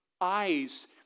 eyes